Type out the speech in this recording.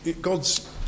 God's